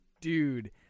dude